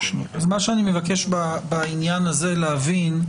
מבקש להבין,